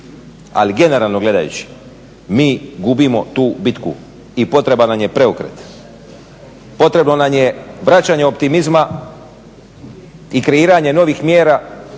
ali generalno gledajući mi gubimo tu bitku i potreban nam je preokret, potrebno nam je vraćanje optimizma i kreiranje novih mjera,